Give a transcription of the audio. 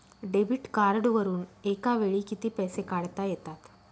Debit कार्डवरुन एका वेळी किती पैसे काढता येतात?